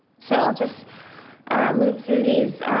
so i'll just move through these,